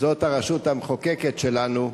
זאת הרשות המחוקקת שלנו.